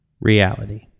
reality